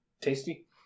Tasty